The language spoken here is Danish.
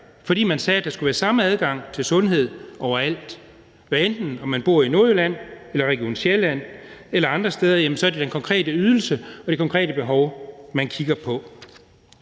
fordi man sagde, at der skulle være samme adgang til sundhed overalt. Hvad enten man bor i Nordjylland eller Region Sjælland eller andre steder, er det den konkrete ydelse og det konkrete behov, man kigger på.